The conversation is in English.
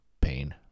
pain